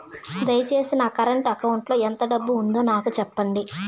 దయచేసి నా current account లో ఎంత డబ్బు ఉందో నాకు సెప్పండి